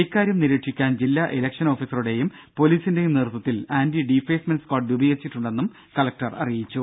ഇക്കാര്യം നിരീക്ഷിക്കാൻ ജില്ലാ ഇലക്ഷൻ ഓഫീസറുടെയും പൊലീസിന്റെയും നേതൃത്വത്തിൽ ആന്റി ഡിഫേസ്മെന്റ് സ്ക്വാഡ് രൂപീകരിച്ചിട്ടുണ്ടെന്നും കലക്ടർ അറിയിച്ചു